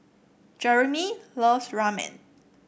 Jeremy loves Ramen